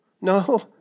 No